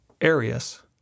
Arius